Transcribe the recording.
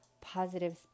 positive